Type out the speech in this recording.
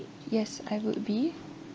yes I would be